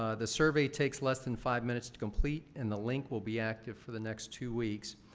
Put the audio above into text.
ah the survey takes less than five minutes to complete and the link will be active for the next two weeks.